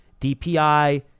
DPI